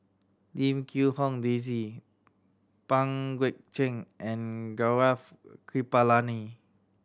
Lim Quee Hong Daisy Pang Guek Cheng and Gaurav Kripalani